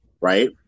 Right